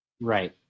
Right